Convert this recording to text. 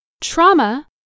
Trauma